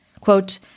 Quote